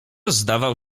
zdawał